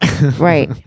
Right